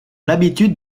l’habitude